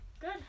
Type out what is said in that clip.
Good